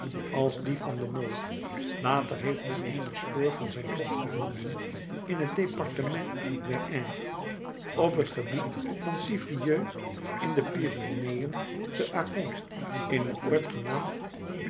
als die van den mol later heeft men eenig spoor van zijn tocht gevonden in het departement der ain op het gebied van civrieux in de pyreneeën te accons in een oord genaamd